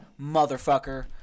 motherfucker